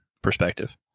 perspective